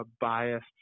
biased